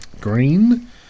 Green